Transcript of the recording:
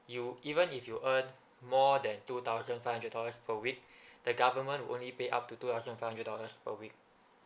you even if you earn more than two thousand five hundred dollars per week the government will only pay up to two thousand five hundred dollars per week